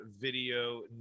video